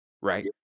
right